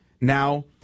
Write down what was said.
Now